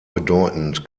bedeutend